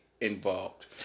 involved